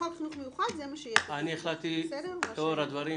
אני אסמיך אתכם, בהתאמה לסעיף.